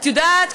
את יודעת,